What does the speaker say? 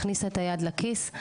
הכניסה את היד לכיס,